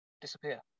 disappear